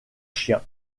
chien